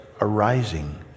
arising